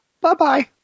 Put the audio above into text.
Bye-bye